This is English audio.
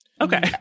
Okay